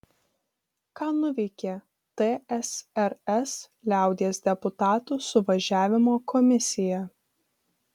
ką nuveikė tsrs liaudies deputatų suvažiavimo komisija